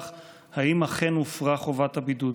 האזרחים כפי שנקבע מעת